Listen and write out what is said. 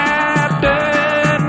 Captain